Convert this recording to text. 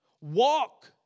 Walk